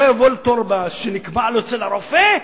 לא יבוא לתור שנקבע לו אצל הרופא,